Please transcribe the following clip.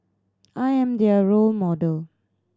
I am their role model